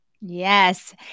Yes